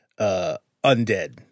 undead